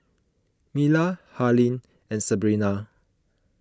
Myla Harlene and Sabrina